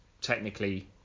technically